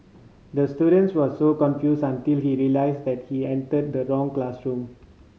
the student was so confused until he realised that he entered the wrong classroom